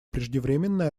преждевременное